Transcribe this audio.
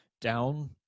down